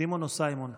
סימון או סיימון?